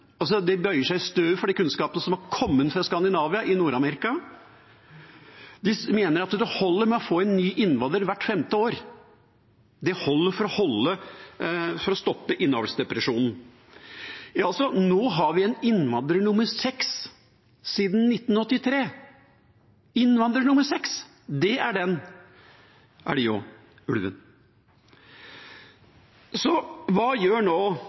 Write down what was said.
bøyer de seg i støvet for den kunnskapen som har kommet fra Skandinavia – mener at det holder å få inn én ny innvandrer hvert femte år. Det holder for å stoppe innavlsdepresjonen. Nå har vi en innvandrer nummer seks siden 1983 – en innvandrer nummer seks. Det er den Elgå-ulven. Hva gjør nå svenskene om vi gjør noe så dumt som det Senterpartiet nå